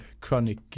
chronic